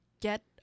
get